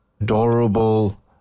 adorable